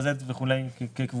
גזזת וכו' כקבוצה,